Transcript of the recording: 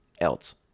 else